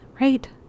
Right